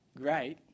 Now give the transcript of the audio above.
great